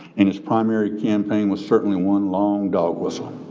and his primary campaign was certainly one long dog whistle.